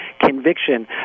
conviction